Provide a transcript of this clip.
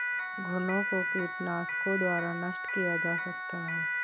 घुनो को कीटनाशकों द्वारा नष्ट किया जा सकता है